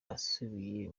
asubiye